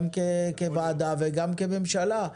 גם כוועדה וגם כממשלה,